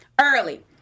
early